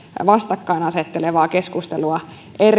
vastakkain asettelevaa keskustelua